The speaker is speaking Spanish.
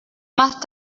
más